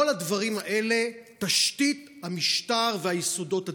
כל הדברים האלה, תשתית המשטר והיסודות הדמוקרטיים.